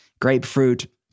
grapefruit